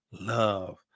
love